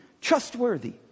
trustworthy